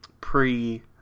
pre